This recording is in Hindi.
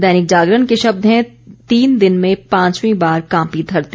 दैनिक जागरण के शब्द हैं तीन दिन में पांचवीं बार कांपी धरती